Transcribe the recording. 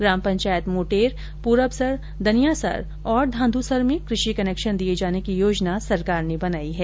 ग्राम पंचायत मोटेर पूरबसर दनियासर और घांधूसर में कृषि कनेक्शन दिए जाने की योजना सरकार ने बनाई है